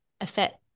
affect